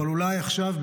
אבל אולי עכשיו,